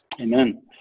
Amen